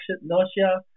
nausea